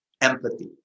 empathy